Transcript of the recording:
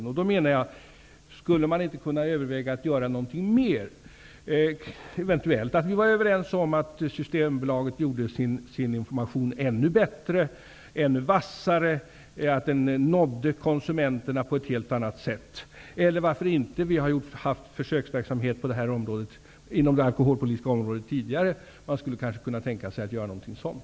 Jag undrar om man inte skulle kunna överväga att göra någonting mera, eventuellt att Systembolaget gjorde sin information ännu bättre, ännu vassare och att den nådde konsumenterna på ett helt annat sätt. Vi har haft försöksverksamhet inom det alkoholpolitiska området tidigare. Man skulle kanske kunna tänka sig att göra någonting sådant.